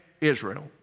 Israel